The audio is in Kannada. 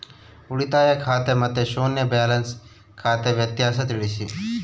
ಉಳಿತಾಯ ಖಾತೆ ಮತ್ತೆ ಶೂನ್ಯ ಬ್ಯಾಲೆನ್ಸ್ ಖಾತೆ ವ್ಯತ್ಯಾಸ ತಿಳಿಸಿ?